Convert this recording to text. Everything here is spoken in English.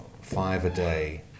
five-a-day